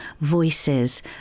voices